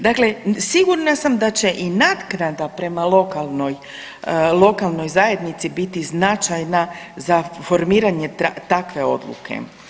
Dakle, sigurna sam da će i naknada prema lokalnoj zajednici biti značajna za formiranje takve odluke.